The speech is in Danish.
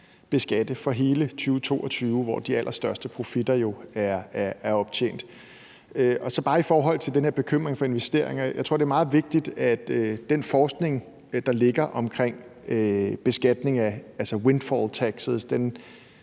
beskatte for hele 2022, hvor de allerstørste profitter jo er optjent. I forhold til den her bekymring for investeringer tror jeg det er meget vigtigt, at den forskning, der ligger omkring windfall taxes, ret